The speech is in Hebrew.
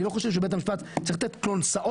אני לא חושב שבית המשפט צריך לתת כלונסאות